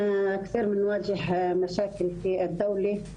גם כמו שהצגתם לגבי הגשת תלונות במשטרה.